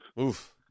Oof